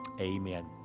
Amen